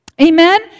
Amen